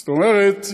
זאת אומרת,